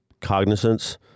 cognizance